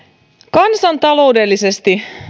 kansantaloudellisesti